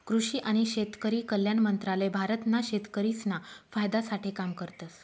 कृषि आणि शेतकरी कल्याण मंत्रालय भारत ना शेतकरिसना फायदा साठे काम करतस